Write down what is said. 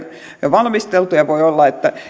valmisteltu ja voi olla että